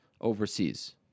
overseas